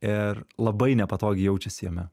ir labai nepatogiai jaučiasi jame